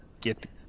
get